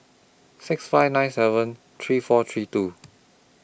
six five nine seven three four three two